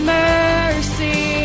mercy